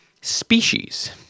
species